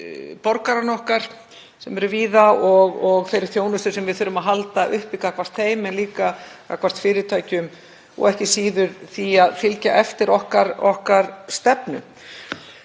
borgaranna okkar sem eru víða og þeirri þjónustu sem við þurfum að halda uppi gagnvart þeim en líka gagnvart fyrirtækjum og ekki síður því að fylgja eftir okkar stefnu